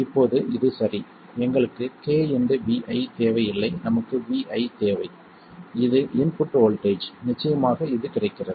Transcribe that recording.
இப்போது இது சரி எங்களுக்கு kVi தேவையில்லை நமக்கு Vi தேவை இது இன்புட் வோல்ட்டேஜ் நிச்சயமாக இது கிடைக்கிறது